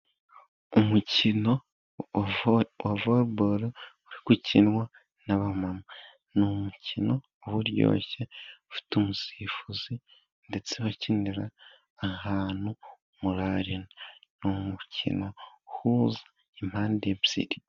Umukino wa voreboro uri gukinwa n'abamama. Umukino uryoshye ufite umusifuzi, ndetse bakinira ahantu muri Arena. Ni umukino uhuza impande ebyiri.